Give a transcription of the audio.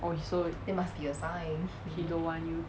oh he so he don't want you